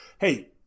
Hey